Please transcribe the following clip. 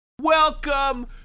Welcome